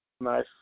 Nice